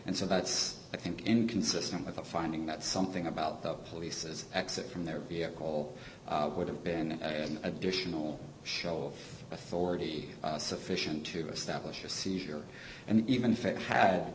and so that's i think inconsistent with the finding that something about the police's exit from their vehicle would have been an additional show of authority sufficient to establish a seizure and even